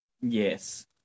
Yes